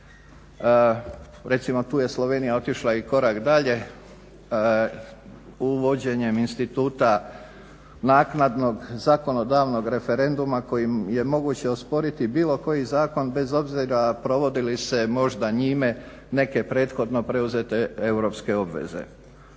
Recimo tu je Slovenija otišla i korak dalje uvođenjem instituta naknadnog zakonodavnog referenduma kojim je moguće osporiti bilo koji zakon bez obzira provodi li se možda njime neke prethodno preuzete europske obveze.